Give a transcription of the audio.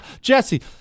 Jesse